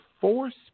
force